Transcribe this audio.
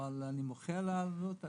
אני מוחה על האלימות,